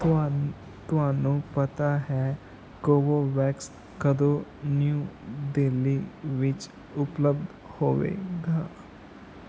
ਤੁਹਾਨੂੰ ਤੁਹਾਨੂੰ ਪਤਾ ਹੈ ਕੋਵੋਵੈਕਸ ਕਦੋਂ ਨਿਊ ਦਿੱਲੀ ਵਿਚ ਉਪਲਬਧ ਹੋਵੇਗਾ